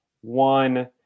one